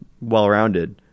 well-rounded